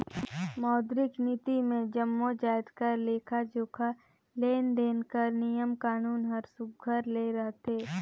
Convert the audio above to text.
मौद्रिक नीति मे जम्मो जाएत कर लेखा जोखा, लेन देन कर नियम कानून हर सुग्घर ले रहथे